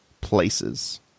places